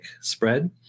spread